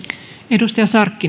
arvoisa